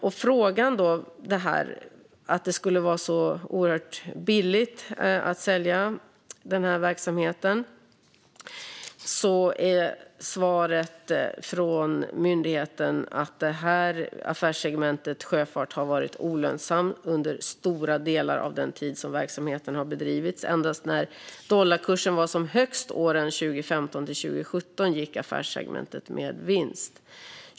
På frågan om att man skulle ha sålt verksamheten billigt är svaret från myndigheten att affärssegmentet Sjöfart har varit olönsamt under stora delar av den tid som verksamheten har bedrivits. Bara när dollarkursen var som högst under åren 2015-2017 gick affärssegmentet med vinst.